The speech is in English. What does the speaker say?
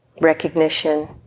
Recognition